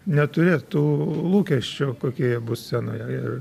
neturėt tų lūkesčių kokia ji bus scenoje ir